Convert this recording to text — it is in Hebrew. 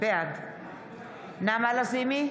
בעד נעמה לזימי,